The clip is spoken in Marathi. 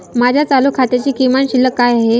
माझ्या चालू खात्याची किमान शिल्लक काय आहे?